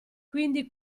quindi